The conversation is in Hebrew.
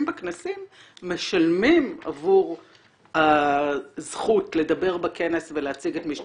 בכנסים משלמים עבור הזכות לדבר בכנס ולהציג את משנתם.